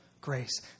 grace